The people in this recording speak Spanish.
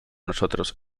nosotros